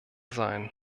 sein